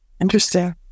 interesting